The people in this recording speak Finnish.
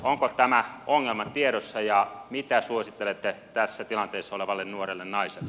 onko tämä ongelma tiedossa ja mitä suosittelette tässä tilanteessa olevalle nuorelle naiselle